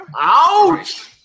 Ouch